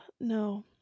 no